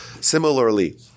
Similarly